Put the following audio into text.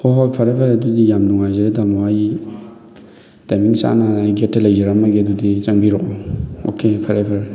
ꯍꯣꯏ ꯍꯣꯏ ꯐꯔꯦ ꯐꯔꯦ ꯑꯗꯨꯗꯤ ꯌꯥꯝ ꯅꯨꯡꯉꯥꯏꯖꯔꯦ ꯇꯥꯃꯣ ꯑꯩ ꯇꯥꯏꯃꯤꯡ ꯆꯥꯅ ꯑꯩ ꯒꯦꯠꯇ ꯂꯩꯖꯔꯝꯃꯒꯦ ꯑꯗꯨꯗꯤ ꯆꯪꯕꯤꯔꯛꯑꯣ ꯑꯣꯛꯀꯦ ꯐꯔꯦ ꯐꯔꯦ